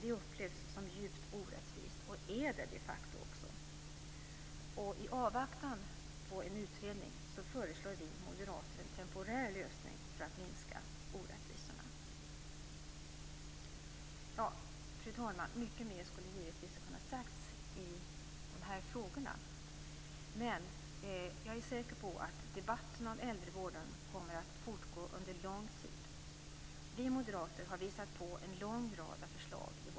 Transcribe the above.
Detta upplevs som djupt orättvist, och är det de facto också. I avvaktan på en utredning förslår vi moderater en temporär lösning för att minska orättvisorna. Fru talman! Mycket mer skulle givetvis ha kunnat sägas i dessa frågor. Men jag är säker på att debatten om äldrevården med all säkerhet kommer att fortgå under lång tid.